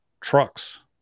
trucks